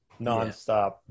nonstop